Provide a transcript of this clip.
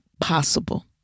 possible